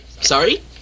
Sorry